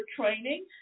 training